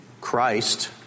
Christ